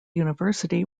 university